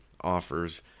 offers